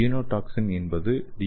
genotoxin என்பது D